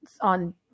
on